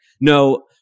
No